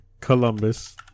Columbus